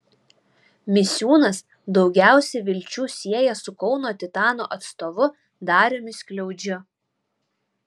misiūnas daugiausia vilčių sieja su kauno titano atstovu dariumi skliaudžiu